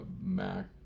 Mac